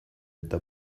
eta